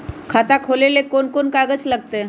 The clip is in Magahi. खाता खोले ले कौन कौन कागज लगतै?